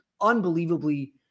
unbelievably